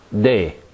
day